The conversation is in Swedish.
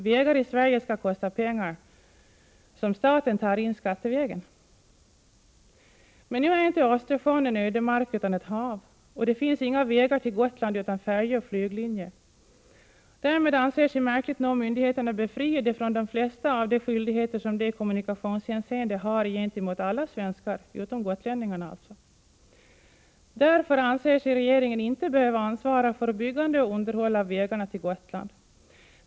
Vägar i Sverige skall kosta pengar, som staten tar in skattevägen. Men nu är inte Östersjön en ödemark utan ett hav. Och det finns inga vägar till Gotland utan färjeoch flyglinjer. Därmed anser sig märkligt nog myndigheterna befriade från de flesta av de skyldigheter, som de i kommunikationshänseende har gentemot alla svenskar — utom gotlänningar alltså. Därför anser sig regeringen inte behöva ansvara för byggande och underhåll av ”vägarna till Gotland”.